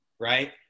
right